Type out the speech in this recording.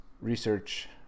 research